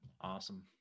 Awesome